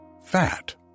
fat